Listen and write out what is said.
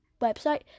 website